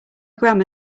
grammar